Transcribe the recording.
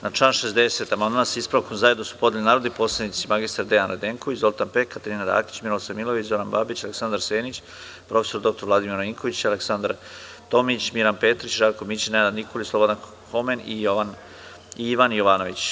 Na član 60. amandman sa ispravkom zajedno su podneli narodni poslanici mr Dejan Radenković, Zoltan Pek, Katarina Rakić, Miroslav Milojević, Zoran Babić, Aleksandar Senić, prof. dr Vladimir Marinković, dr Aleksandra Tomić, Milan Petrić, Žarko Mićin, Nenad Nikolić, Slobodan Homen i Ivan Jovanović.